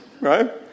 Right